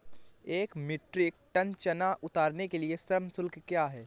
एक metric tonne चना उतारने के लिए श्रम शुल्क क्या है?